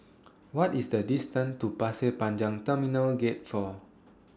What IS The distance to Pasir Panjang Terminal Gate four